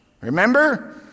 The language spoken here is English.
Remember